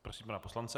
Prosím pana poslance.